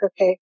okay